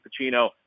Pacino